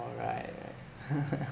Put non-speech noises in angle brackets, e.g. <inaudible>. right right <laughs>